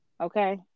okay